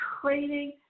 training